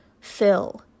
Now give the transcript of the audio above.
fill